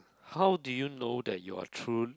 how do you know that you are true